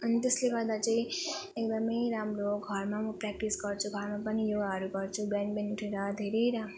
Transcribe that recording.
अनि त्यसले गर्दा चाहिँ एकदम राम्रो घरमा म प्र्याक्टिस गर्छु घरमा पनि योगाहरू गर्छु बिहान बिहान उठेर धेरै राम्रो